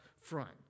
front